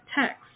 text